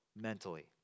mentally